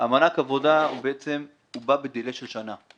מענק העבודה בא בעצם ב delay של שנה.